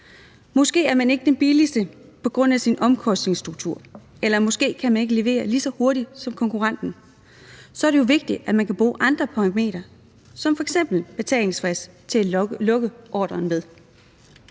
Måske er man ikke den billigste på grund af ens omkostningsstruktur, eller måske kan man ikke levere lige så hurtigt som konkurrenten, og så er det jo vigtigt, at man kan bruge andre parametre som f.eks. betalingsfrister til at lukke ordren med.